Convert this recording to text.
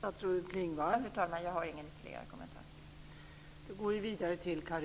Fru talman! Jag har ingen ytterligare kommentar.